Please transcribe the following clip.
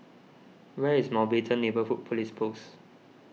where is Mountbatten Neighbourhood Police Post